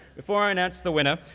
before i announce the winner,